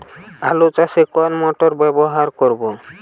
আলু চাষে কোন মোটর ব্যবহার করব?